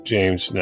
James